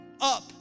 up